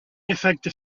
efecte